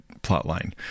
plotline